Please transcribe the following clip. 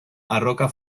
arroka